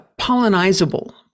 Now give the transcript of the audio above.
pollinizable